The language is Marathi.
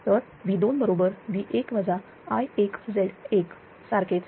तर V2 बरोबर V1 I1 Z1 सारखेच